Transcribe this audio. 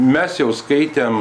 mes jau skaitėm